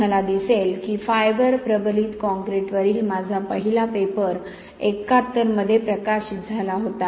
तुम्हाला दिसेल की फायबर प्रबलित काँक्रीटवरील माझा पहिला पेपर एकाहत्तर मध्ये प्रकाशित झाला होता